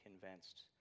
convinced